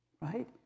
right